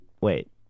wait